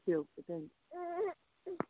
ठीक है